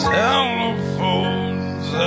telephone's